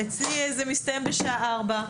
אצלי זה מסתיים בשעה ארבע.